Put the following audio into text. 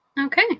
Okay